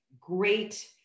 great